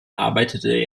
arbeitete